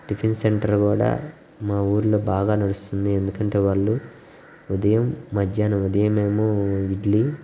tiffin centre కూడా మా ఊర్లో బాగా నడుస్తుంది ఎందుకంటే వాళ్ళు ఉదయం మధ్యాహ్నం ఉదయం ఏమో ఇడ్లీ